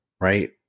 right